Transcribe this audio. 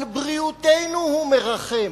על בריאותנו הוא מרחם,